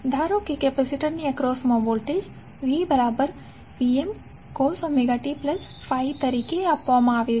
ધારો કે કેપેસિટરની એક્રોસ મા વોલ્ટેજ vVmcos ωt∅ તરીકે આપવામાં આવ્યો છે